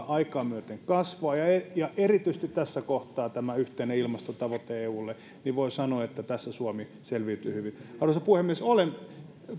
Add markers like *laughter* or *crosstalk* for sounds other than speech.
*unintelligible* aikaa myöten kasvaa ja erityisesti tässä kohtaa tämä yhteinen ilmastotavoite eulle voi sanoa että tässä suomi selviytyi hyvin arvoisa puhemies olen